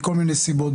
מכל מיני סיבות,